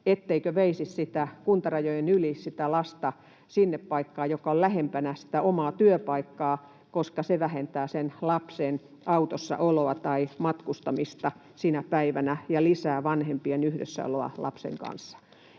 etteikö veisi kuntarajojen yli sitä lasta sinne paikkaan, joka on lähempänä sitä omaa työpaikkaa, koska se vähentää sen lapsen autossa oloa tai matkustamista sinä päivänä ja lisää vanhempien yhdessäoloa lapsen kanssa?